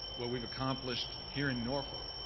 what we have accomplished here in norfolk,